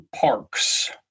parks